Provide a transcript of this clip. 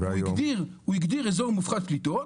הוא הגדיר איזור מופחת פליטות,